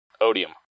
Odium